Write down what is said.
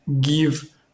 give